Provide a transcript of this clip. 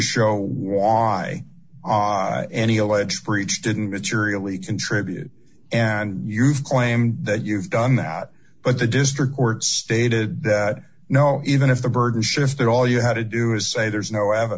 show was i any alleged breach didn't materially contributed and you've claimed that you've done that but the district court stated that no even if the burden shifted all you had to do is say there's no